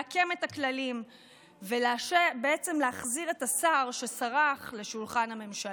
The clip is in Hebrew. לעקם את הכללים ולהחזיר את השר שסרח לשולחן הממשלה.